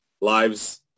lives